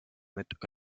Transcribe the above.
mit